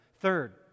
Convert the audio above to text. Third